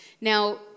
Now